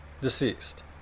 deceased